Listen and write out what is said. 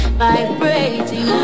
vibrating